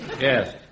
Yes